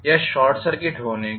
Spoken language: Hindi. या शॉर्ट सर्किटेड होने का